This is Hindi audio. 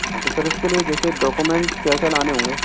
हां तो सर इसके लिए जैसे डॉक्यूमेंट्स क्या क्या लाने होंगे